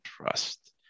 trust